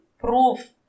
proof